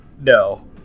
no